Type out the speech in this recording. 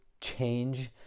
change